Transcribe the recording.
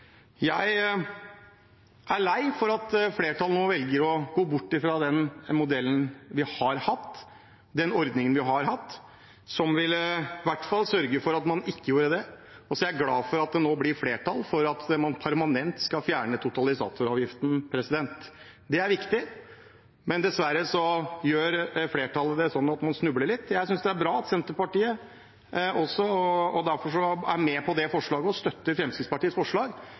Jeg er lei for at flertallet nå velger å gå bort fra den modellen vi har hatt, den ordningen vi har hatt, som i hvert fall ville sørget for at vi ikke gjorde det. Så er jeg glad for at det nå blir flertall for at man permanent skal fjerne totalisatoravgiften. Det er viktig, men dessverre gjør flertallet det slik at man snubler litt. Jeg synes det er bra at Senterpartiet er med på det forslaget og støtter Fremskrittspartiets forslag.